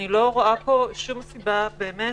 אני לא רואה פה שום סיבה, באמת,